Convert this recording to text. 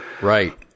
Right